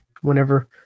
whenever